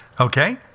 Okay